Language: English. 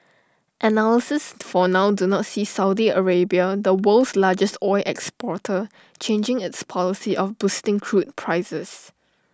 analysts for now do not see Saudi Arabia the world's largest oil exporter changing its policy of boosting crude prices